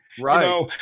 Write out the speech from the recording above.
right